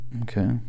Okay